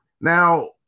Now